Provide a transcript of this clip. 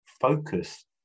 focus